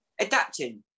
Adapting